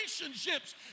relationships